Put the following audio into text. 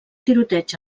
tiroteig